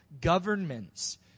governments